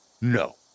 No